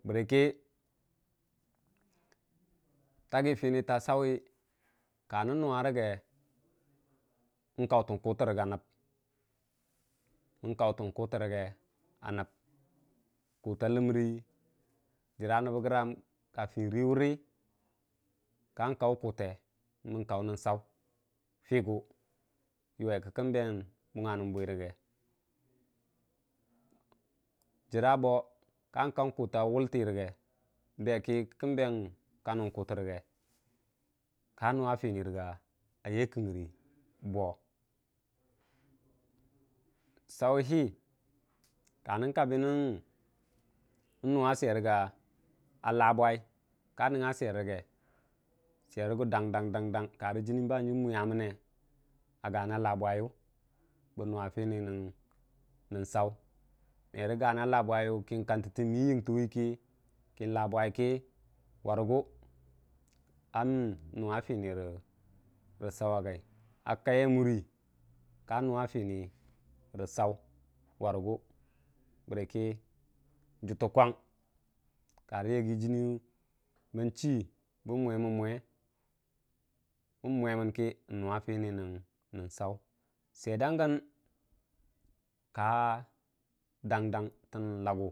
bərəkə taggi fini ta sawu ka nən nuwa rəgə kautən kute rəga nəb kuta ləmən jəra nəbbəgram rii wurə ka kau kute mən kau nən tsau fəgu yuwe kəʊ kən bungnga nən bwirəge ka nəngnga kən kuta wultə rəge ka nuwe fini rəga yai kəngər boo tsauni kanən nuwa swer rəga labwa dang dang karə jənni banghanjim mwiyaməne gana labwa bə nuwa fini nən tsau gana labwa kə kantəttə mi yingtəwuu ka nuwa fini rə tsaw a gai a kai ya muri kan nuwa fini rə sau bərəkə karə yaggi jənni bən chii bən mwemən mwe n'nuwa fini nən tsau. swer dang gən ka dang dang təm lagu.